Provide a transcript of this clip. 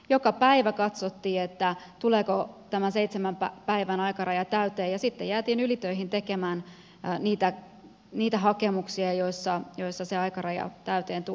joka päivä katsottiin että tuleeko tämä seitsemän päivän aikaraja täyteen ja sitten jäätiin ylitöihin tekemään niitä hakemuksia joissa se aikaraja täyteen tulisi